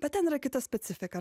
bet ten yra kita specifika